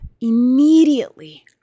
immediately